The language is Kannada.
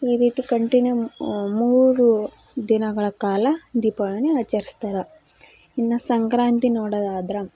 ಈ ರೀತಿ ಕಂಟಿನ್ಯೂ ಮೂರು ದಿನಗಳ ಕಾಲ ದೀಪಾವಳಿಯನ್ನ ಆಚರ್ಸ್ತಾರೆ ಇನ್ನು ಸಂಕ್ರಾಂತಿ ನೋಡೋದಾದ್ರೆ